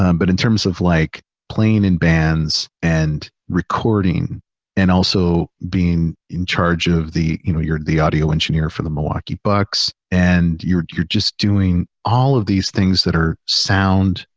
um but in terms of like playing in bands and recording and also being in charge of the, you know, you're the audio engineer for the milwaukee bucks and you're, you're just doing all of these things that are sound,